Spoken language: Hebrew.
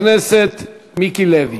חבר הכנסת מיקי לוי.